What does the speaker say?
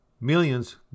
Millions